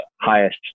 highest